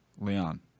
Leon